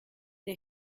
der